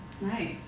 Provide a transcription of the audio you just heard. Nice